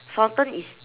fountain is